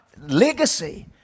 Legacy